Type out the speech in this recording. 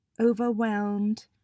overwhelmed